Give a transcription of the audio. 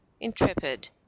intrepid